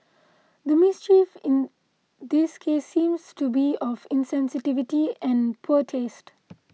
the mischief in this case seems to be of insensitivity and poor taste